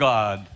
God